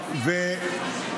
זה מופיע,